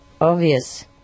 obvious